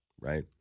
Right